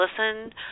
listen